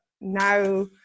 now